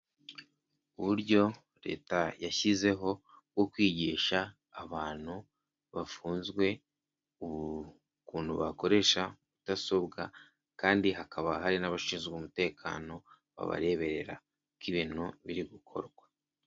Uburyo leta yashyizeho bwo kwigisha abantu bafunzwe ukuntu bakoresha mudasobwa kandi hakaba hari n'abashinzwe umutekano babareberera ko ibintu biri gukorwa.